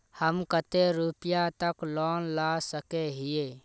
हम कते रुपया तक लोन ला सके हिये?